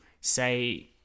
say